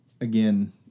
again